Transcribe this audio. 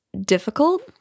difficult